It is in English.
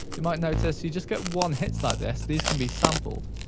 you might notice, you just get one hits like this. these can be sampled.